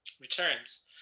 returns